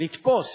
לתפוס